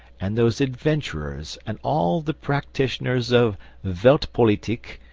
and those adventurers, and all the practitioners of welt politik,